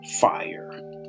fire